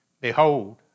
Behold